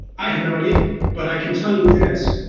i have no idea but i can tell you this.